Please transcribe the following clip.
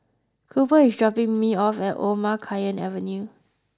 Cooper is dropping me off at Omar Khayyam Avenue